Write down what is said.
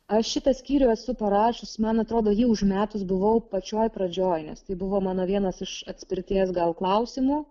aš šitą skyrių esu parašiusi man atrodo jį užmetus buvau pačioj pradžioj nes tai buvo mano vienas iš atspirties gal klausimų